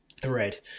Thread